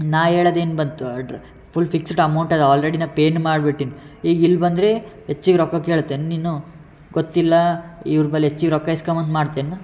ನಾನು ಹೇಳೋದೇನು ಬಂತು ಅಡ್ರ್ ಫುಲ್ ಫಿಕ್ಸಡ್ ಅಮೌಂಟ್ ಅದು ಆಲ್ರೆಡಿ ನಾನು ಪೇನು ಮಾಡ್ಬಿಟ್ಟೀನಿ ಈಗ ಇಲ್ಲಿ ಬಂದರೆ ಹೆಚ್ಚಿಗೆ ರೊಕ್ಕ ಕೇಳ್ತೀಯಾ ನೀನು ಗೊತ್ತಿಲ್ಲ ಇವ್ರ ಬಳಿ ಹೆಚ್ಚಿಗೆ ರೊಕ್ಕ ಈಸ್ಕೊ ಮಾ ಅಂದು ಮಾಡ್ತಿ ಏನು